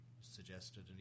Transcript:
suggested